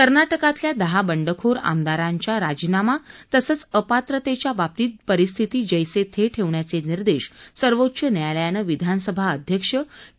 कर्नाटकातल्या दहा बंडखोर आमदारांच्या राजीनामा तसंच अपाव्रतेच्या बाबतीत परिस्थिती जैसे थे ठेवण्याचे निर्देश सर्वोच्च न्यायालयानं विधानसभा अध्यक्ष के